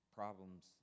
problems